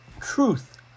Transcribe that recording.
truth